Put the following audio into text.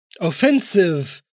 offensive